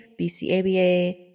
BCABA